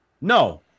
no